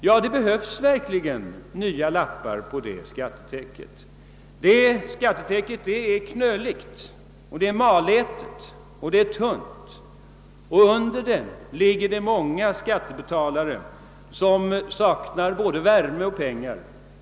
Ja, det behövs verkligen nya lappar på detta skattetäcke, ty det är knöligt, malätet och tunt, och under det ligger många skattebetalare som saknar både värme och pengar.